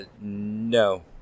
no